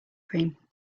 cream